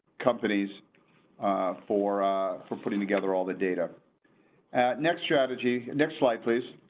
companies for for putting together all the data next strategy next slide please.